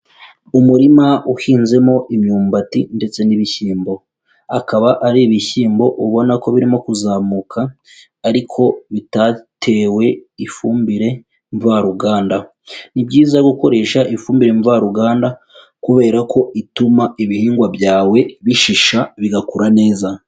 Umurima uhinzemo imyumbati ndetse n'ibishyimbo, akaba ari ibishyimbo ubona ko birimo kuzamuka ariko bitatewe ifumbire mvaruganda. Ni byiza gukoresha ifumbire mvaruganda kubera ko ituma ibihingwa byawe bishisha bigakura neza.